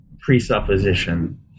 presupposition